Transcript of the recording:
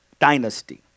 dynasty